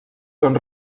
són